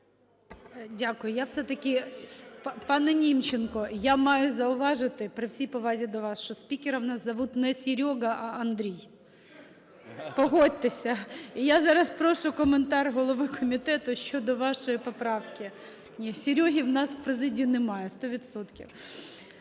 Дякую. Я все-таки, пане Німченко, я маю зауважити, при всій повазі до вас, що спікера у нас зовуть не Серьога, а Андрій. Погодьтеся. І я зараз прошу коментар голови комітету щодо вашої поправки. Серьоги у нас в президії немає –